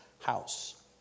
house